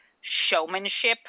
showmanship